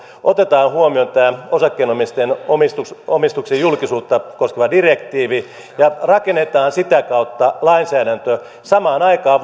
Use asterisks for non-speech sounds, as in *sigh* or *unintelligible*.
otetaan huomioon tämä osakkeenomistajan omistuksen omistuksen julkisuutta koskeva direktiivi ja rakennetaan sitä kautta lainsäädäntö samaan aikaan *unintelligible*